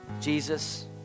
Jesus